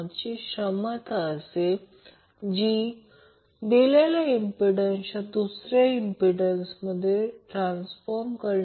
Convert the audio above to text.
5 नाही कारण ते 25 मिली हेन्री असून मी ते चुकीचे चूक घेतले होते